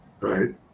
right